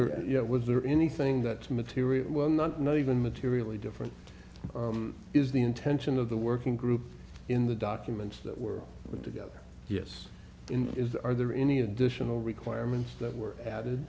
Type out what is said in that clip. know was there anything that material were not not even materially different is the intention of the working group in the documents that were put together yes is that are there any additional requirements that were added